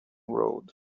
road